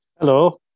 Hello